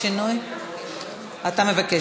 אתה מבקש.